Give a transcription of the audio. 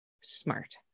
smart